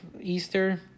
Easter